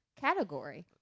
category